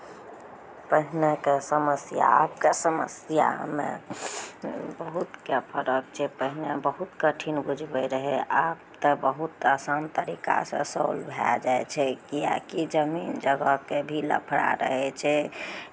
पहिनेके समस्या आबके समस्यामे बहुतके फरक छै पहिने बहुत कठिन बुझबैत रहै आब तऽ बहुत आसान तरीकासँ सॉल्व भए जाइ छै किएकि जमीन जगहके भी लफड़ा रहै छै